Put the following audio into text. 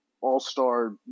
all-star